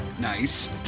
Nice